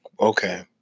okay